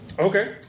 Okay